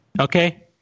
Okay